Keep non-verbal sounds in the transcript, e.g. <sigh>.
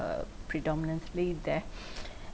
ugh predominantly there <breath>